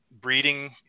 breeding